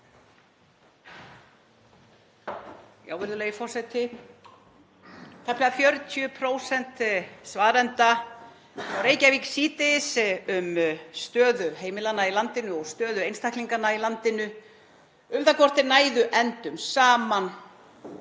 Virðulegi forseti. Tæplega 40% svarenda hjá Reykjavík síðdegis, um stöðu heimilanna í landinu og stöðu einstaklinganna í landinu, um það hvort þeir næðu endum saman,